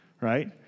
right